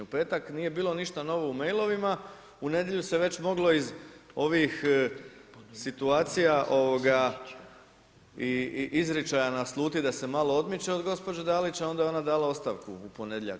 U petak nije bilo ništa novo u mailovima u nedjelju se već moglo iz ovih situacija i izričaja naslutiti da se malo odmiče od gospođe Dalić, a onda je ona dala ostavku u ponedjeljak.